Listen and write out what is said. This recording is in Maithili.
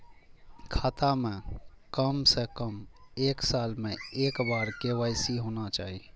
खाता में काम से कम एक साल में एक बार के.वाई.सी होना चाहि?